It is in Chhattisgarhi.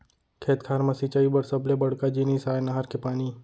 खेत खार म सिंचई बर सबले बड़का जिनिस आय नहर के पानी